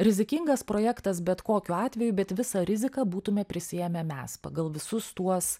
rizikingas projektas bet kokiu atveju bet visą riziką būtume prisiėmę mes pagal visus tuos